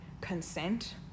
consent